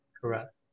Correct